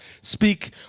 speak